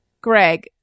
Greg